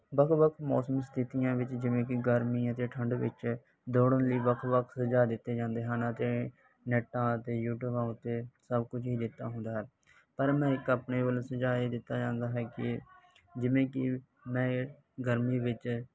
ਵੱਕ ਵੱਖ ਮੌਸਮ ਸਥਿਤੀਆਂ ਵਿੱਚ ਜਿਵੇਂ ਕਿ ਗਰਮੀ ਅਤੇ ਠੰਡ ਵਿੱਚ ਦੌੜਨ ਲਈ ਵੱਖ ਵੱਖ ਸੁਝਾਅ ਦਿੱਤੇ ਜਾਂਦੇ ਹਨ ਅਤੇ ਨੈੱਟਾਂ 'ਤੇ ਯੂਟੀਊਬਾਂ ਉੱਤੇ ਸਭ ਕੁਝ ਹੀ ਦਿੱਤਾ ਹੁੰਦਾ ਪਰ ਮੈਂ ਇੱਕ ਆਪਣੇ ਵੱਲੋਂ ਸੁਝਾਅ ਇਹ ਦਿੱਤਾ ਜਾਂਦਾ ਹੈ ਕਿ ਜਿਵੇਂ ਕਿ ਮੈਂ ਗਰਮੀ ਵਿੱਚ